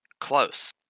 Close